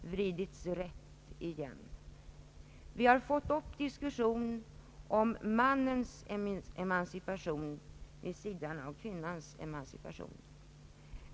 Vi har fått till stånd diskussioner om mannens emancipation vid sidan om kvinnans emancipation.